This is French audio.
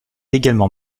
également